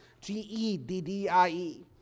G-E-D-D-I-E